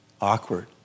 Awkward